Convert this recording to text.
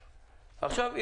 עכשיו,